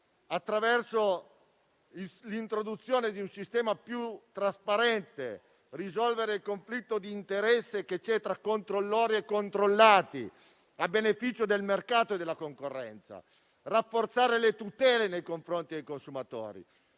con l'introduzione di un sistema più trasparente, a risolvere il conflitto di interesse che c'è tra controllori e controllati, a beneficio del mercato e della concorrenza; rafforzare le tutele nei confronti dei consumatori;